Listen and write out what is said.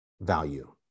value